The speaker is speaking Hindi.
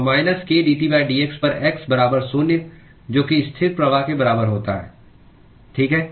तो माइनस k dTdx पर x बराबर शून्य जो की स्थिर प्रवाह के बराबर होता है ठीक है